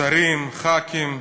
שרים, חברי כנסת,